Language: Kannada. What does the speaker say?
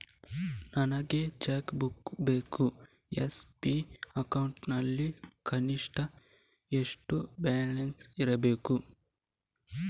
ನನಗೆ ಚೆಕ್ ಬುಕ್ ಬೇಕು ಎಸ್.ಬಿ ಅಕೌಂಟ್ ನಲ್ಲಿ ಕನಿಷ್ಠ ಎಷ್ಟು ಬ್ಯಾಲೆನ್ಸ್ ಇರಬೇಕು?